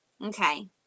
okay